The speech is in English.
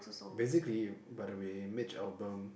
basically by the way Mitch-Albom